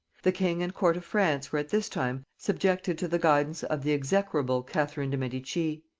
the king and court of france were at this time subjected to the guidance of the execrable catherine dei medici.